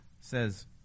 Says